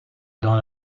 dans